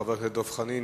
חבר הכנסת דב חנין,